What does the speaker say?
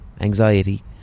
anxiety